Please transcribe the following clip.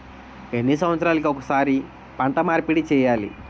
ఎన్ని సంవత్సరాలకి ఒక్కసారి పంట మార్పిడి చేయాలి?